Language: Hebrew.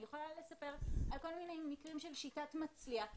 אני יכולה לספר על כל מיני מקרים של שיטת מצליח,